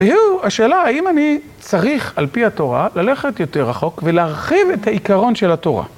והיא השאלה האם אני צריך על פי התורה ללכת יותר רחוק ולהרחיב את העיקרון של התורה.